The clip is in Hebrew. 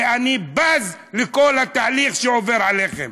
ואני בז לכל התהליך שעובר עליכם.